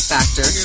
Factor